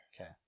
Okay